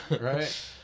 right